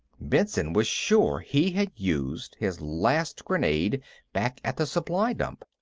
benson was sure he had used his last grenade back at the supply-dump.